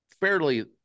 fairly